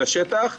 לשטח.